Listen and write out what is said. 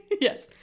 Yes